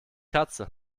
katze